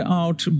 out